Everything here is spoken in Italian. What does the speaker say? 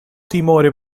timore